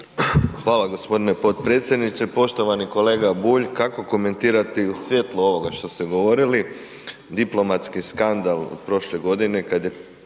Hvala g. potpredsjedniče. Poštovani kolega Bulj, kako komentirate i u svijetlu ovoga što ste govorili, diplomatski skandal od prošle godine kad je